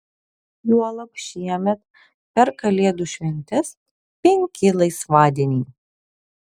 juolab šiemet per kalėdų šventes penki laisvadieniai